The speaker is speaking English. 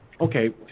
okay